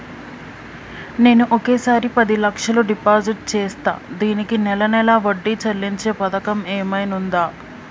నేను ఒకేసారి పది లక్షలు డిపాజిట్ చేస్తా దీనికి నెల నెల వడ్డీ చెల్లించే పథకం ఏమైనుందా?